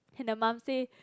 and the mum say